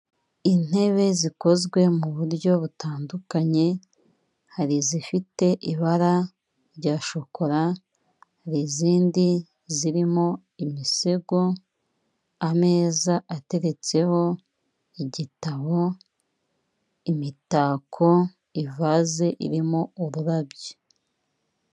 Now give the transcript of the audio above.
Intebe zikozwe mu buryo butandukanye hari izifite ibara rya shokola, izindi zirimo imisego ameza ateretseho igitabo imitako, ivaze irimo ururabyo.